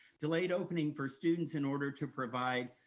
delayed opening for students in order to provide,